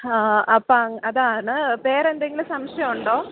ആ ആ അപ്പം അതാണ് വേറെ എന്തെങ്കിലും സംശയം ഉണ്ടോ